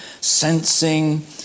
sensing